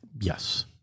Yes